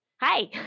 Hi